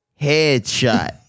Headshot